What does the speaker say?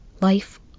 Life